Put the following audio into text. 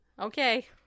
okay